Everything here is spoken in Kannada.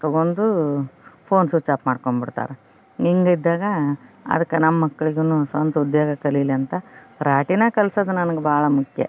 ತಗೊಂಡು ಫೋನ್ ಸ್ವಿಚ್ ಆಫ್ ಮಾಡ್ಕೊಂಬಿಡ್ತಾರೆ ಹಿಂಗೆ ಇದ್ದಾಗ ಅದಕ್ಕ ನಮ್ಮಕ್ಕಳಿಗೂನು ಸ್ವಂತ ಉದ್ಯೋಗ ಕಲೀಲಿ ಅಂತ ರಾಟಿನ ಕಲ್ಸೋದು ನನ್ಗೆ ಭಾಳ ಮುಖ್ಯ